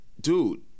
dude